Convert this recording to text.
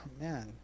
man